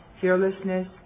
fearlessness